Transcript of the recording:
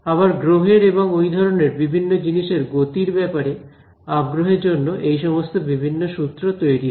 আবার গ্রহের এবং এই ধরনের বিভিন্ন জিনিসের গতির ব্যাপারে আগ্রহের জন্য এই সমস্ত বিভিন্ন সূত্র তৈরি হয়